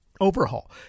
Overhaul